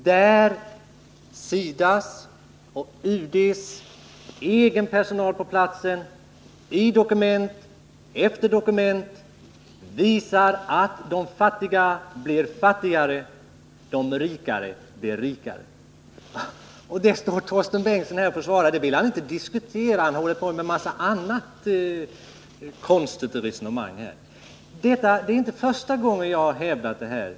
SIDA:s och UD:s egen personal på platsen har i dokument efter dokument visat att de fattiga blir allt fattigare och de rika allt rikare i nämnda länder. Men detta vill Torsten Bengtson inte diskutera, utan han för ett annat, konstigt resonemang. Det är inte första gången jag har hävdat detta.